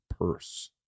Purse